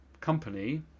company